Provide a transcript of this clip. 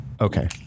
Okay